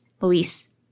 Luis